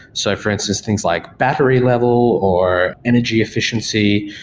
so for instance things like battery level or energy efficiency,